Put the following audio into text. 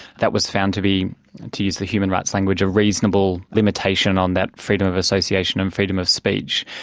that was found to be to use the human rights language a reasonable limitation on that freedom of association and freedom of speech.